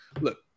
look